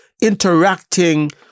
interacting